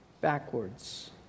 backwards